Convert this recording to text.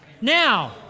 Now